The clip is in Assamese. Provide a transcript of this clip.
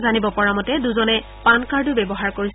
জানিব পৰা মতে দুজনে পান কাৰ্ডো ব্যৱহাৰ কৰিছিল